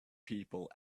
people